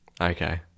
Okay